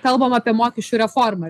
kalbam apie mokesčių reformer